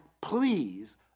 please